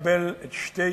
לקבל את שתי